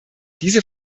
diese